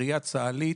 בראייה הצה"לית,